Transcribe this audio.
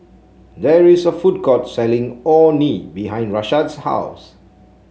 there is a food court selling Orh Nee behind Rashad's house